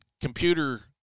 computer